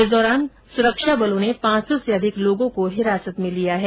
इस दौरान सुरक्षा बलों ने पांच र्सा से अधिक लोगों को हिरासत में लिया है